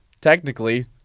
technically